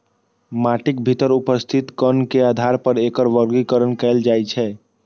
माटिक भीतर उपस्थित कण के आधार पर एकर वर्गीकरण कैल जाइ छै